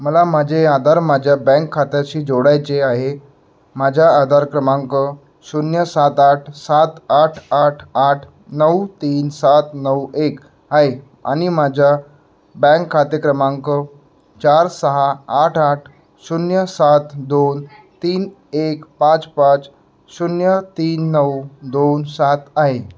मला माझे आधार माझ्या बँक खात्याशी जोडायचे आहे माझ्या आधार क्रमांक शून्य सात आठ सात आठ आठ आठ नऊ तीन सात नऊ एक आहे आणि माझ्या बँक खाते क्रमांक चार सहा आठ आठ शून्य सात दोन तीन एक पाच पाच शून्य तीन नऊ दोन सात आहे